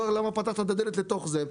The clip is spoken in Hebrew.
למה פתחת את הדלת לתוך זה.